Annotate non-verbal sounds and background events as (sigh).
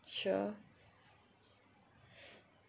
sure (breath)